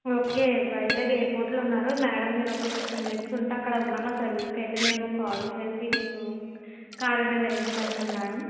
okay Vizag ఎయిర్పోర్ట్లో ఉన్నారా madam మీరు ఒక ఫిఫ్టీన్ మినిట్స్ ఉంటే అక్కడ ఉన్న మా సర్వీస్కైతే మేము కాల్ చేసి మీకు కార్ అనేది అరంజ్ చేస్తాం మేడం